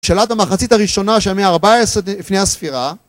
שאלת המחצית הראשונה של המאה ה-14 לפני הספירה